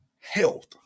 Health